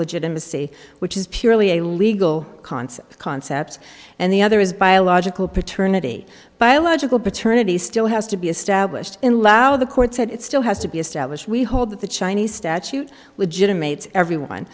legitimacy which is purely a legal concept concept and the other is biological paternity biological paternity still has to be established in laos the court said it still has to be established we hold that the chinese statute with inmates everyone